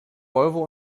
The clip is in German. volvo